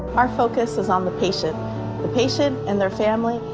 our focus is on the patient the patient and their family.